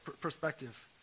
perspective